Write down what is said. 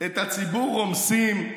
את הציבור רומסים.